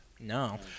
No